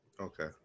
Okay